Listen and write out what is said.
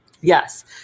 Yes